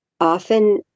often